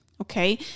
Okay